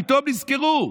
פתאום נזכרו,